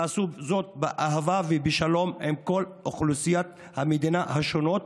ועשו זאת באהבה ובשלום עם כל אוכלוסיות המדינה השונות,